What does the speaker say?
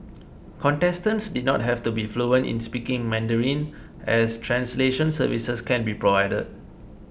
contestants did not have to be fluent in speaking Mandarin as translation services can be provided